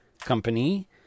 Company